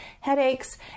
headaches